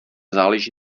záleží